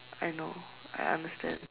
I know I understand